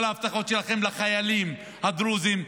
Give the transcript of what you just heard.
כל ההבטחות שלכם לחיילים הדרוזים,